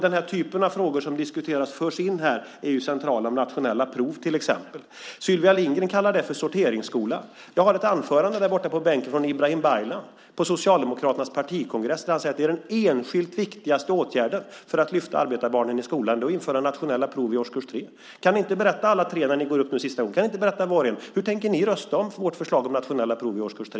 Den typ av frågor som diskuteras och förs in här handlar till exempel om centrala och nationella prov. Sylvia Lindgren kallar det för sorteringsskola. På min bänk ligger ett anförande som Ibrahim Baylan höll på Socialdemokraternas partikongress. Där sade han att den enskilt viktigaste åtgärden för att lyfta arbetarbarnen i skolan är att införa nationella prov i årskurs 3. Kan inte var och en av er tre när ni gör era sista inlägg här berätta hur ni tänker rösta om vårt förslag om nationella prov i årskurs 3?